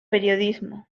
periodismo